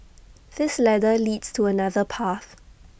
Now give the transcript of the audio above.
this ladder leads to another path